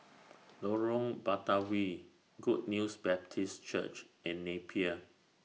Lorong Batawi Good News Baptist Church and Napier